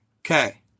Okay